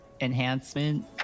enhancement